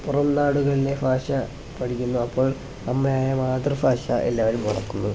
പുറം നാടുകളിലെ ഭാഷ പഠിക്കുന്നു അപ്പോൾ അമ്മയായ മാതൃഭാഷ എല്ലാവരും മറക്കുന്നു